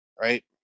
right